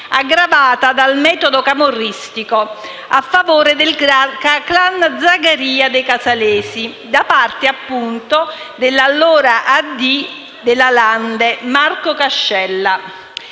aggravata dal metodo camorristico a favore del clan Zagaria dei casalesi, da parte appunto dell'allora dell'amministratore